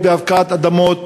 בהפקעת אדמות,